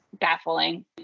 baffling